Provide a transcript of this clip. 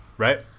Right